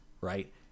Right